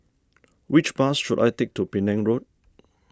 which bus should I take to Penang Road